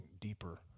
deeper